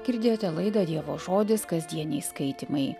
girdėjote laidą dievo žodis kasdieniai skaitymai